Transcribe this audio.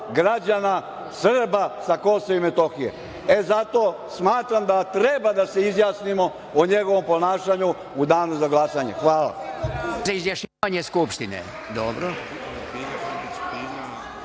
građana Srba sa Kosova i Metohije. Zato smatram da treba da se izjasnimo o njegovom ponašanju u danu za glasanje. Hvala.